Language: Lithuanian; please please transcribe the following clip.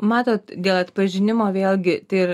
matot dėl atpažinimo vėlgi tai ir